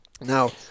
Now